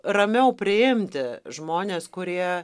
ramiau priimti žmones kurie